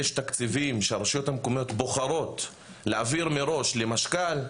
יש תקציבים שהרשויות המקומיות בוחרות להעביר מראש למשכ"ל,